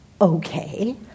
Okay